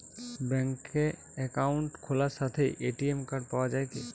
ব্যাঙ্কে অ্যাকাউন্ট খোলার সাথেই এ.টি.এম কার্ড পাওয়া যায় কি?